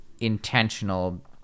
intentional